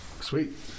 Sweet